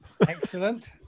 excellent